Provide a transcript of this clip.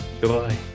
Goodbye